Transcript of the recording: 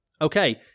Okay